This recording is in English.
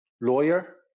lawyer